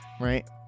right